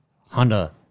Honda